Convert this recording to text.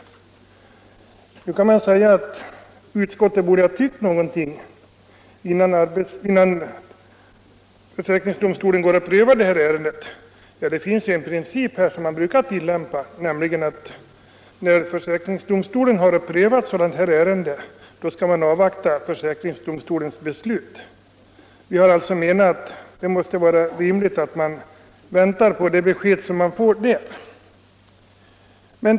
ning vid förlust av Nu kan man säga att utskottet borde ha tyckt någonting innan för = idrottsinkomst säkringsdomstolen går att pröva detta. Men här finns en princip som man brukar tillämpa, nämligen att när försäkringsdomstolen har ett ärende under prövning bör man avvakta försäkringsdomstolens beslut. Vi har alltså menat att det måste vara rimligt att avvakta domstolens utslag.